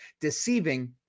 deceiving